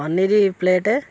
paneer plate